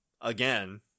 again